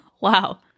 Wow